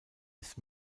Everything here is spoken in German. ist